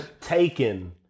taken